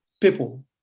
people